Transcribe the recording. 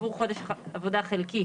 עבור חודש עבודה חלקי